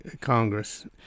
Congress